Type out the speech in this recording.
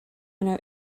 know